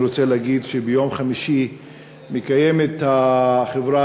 אני רוצה להגיד שביום חמישי מקיימת החברה